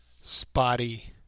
spotty